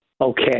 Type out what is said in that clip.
Okay